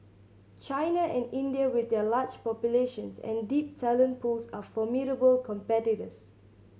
China and India with their large populations and deep talent pools are formidable competitors